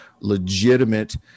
legitimate